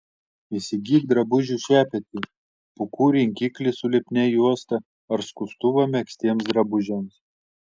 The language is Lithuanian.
įsigyk drabužių šepetį pūkų rinkiklį su lipnia juosta ar skustuvą megztiems drabužiams